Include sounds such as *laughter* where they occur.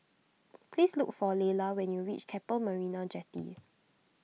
*noise* please look for Layla when you reach Keppel Marina Jetty